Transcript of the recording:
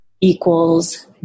equals